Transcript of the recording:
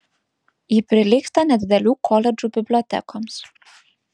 ji prilygsta nedidelių koledžų bibliotekoms